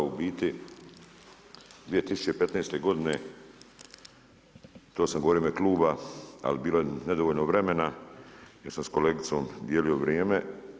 U biti 2015. godine, to sam govorio u ime kluba, ali bilo je nedovoljno vremena jer sam s kolegicom dijelio vrijeme.